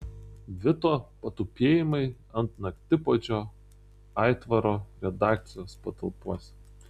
vito patupėjimai ant naktipuodžio aitvaro redakcijos patalpose